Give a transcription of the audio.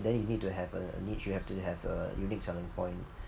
then you need to have a niche you have to have a unique selling point